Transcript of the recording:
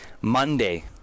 Monday